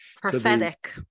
prophetic